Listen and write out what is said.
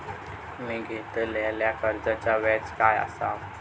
मी घेतलाल्या कर्जाचा व्याज काय आसा?